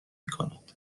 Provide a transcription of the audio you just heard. کند